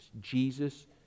Jesus